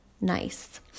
nice